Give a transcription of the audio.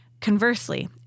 conversely